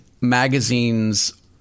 magazines